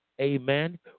Amen